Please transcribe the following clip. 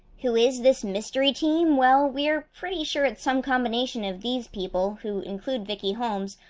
who is this mystery team? well, we are pretty sure it's some combination of these people, who include vicky holmes,